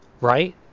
right